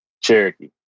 Cherokee